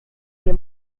nie